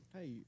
hey